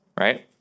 Right